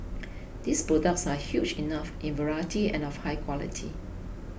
these products are huge enough in variety and of high quality